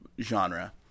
genre